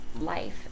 life